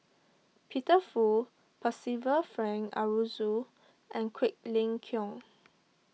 Peter Fu Percival Frank Aroozoo and Quek Ling Kiong